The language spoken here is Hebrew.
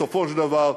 בסופו של דבר,